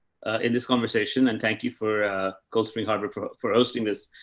in this conversation. and thank you for cold spring harbor for for hosting this.